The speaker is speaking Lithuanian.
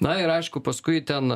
na ir aišku paskui ten